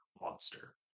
monster